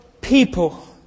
people